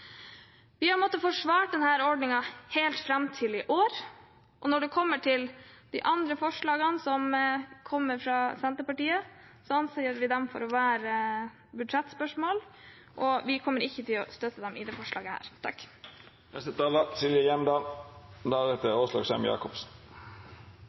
Vi har måttet forsvare denne ordningen helt fram til i år. Når det gjelder forslaget fra Senterpartiet og SV, anser vi det for å være et budsjettspørsmål, og vi kommer ikke til å støtte